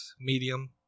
medium